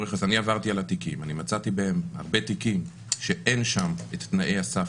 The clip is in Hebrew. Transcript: אם אני לא טועה מדובר כבר על כמה עשורים שלשר